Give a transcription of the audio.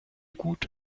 gut